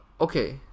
okay